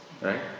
Right